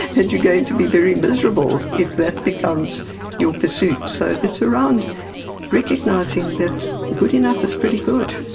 and you're going to be very miserable if that becomes your pursuit. so it's around recognising that good enough is pretty good.